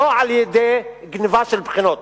לא על-ידי גנבה של בחינות.